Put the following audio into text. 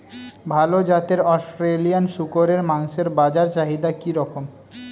ভাল জাতের অস্ট্রেলিয়ান শূকরের মাংসের বাজার চাহিদা কি রকম?